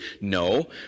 No